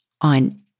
on